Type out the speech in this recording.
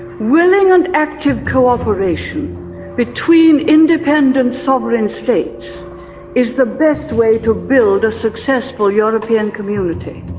willing and active cooperation between independent sovereign states is the best way to build a successful european community.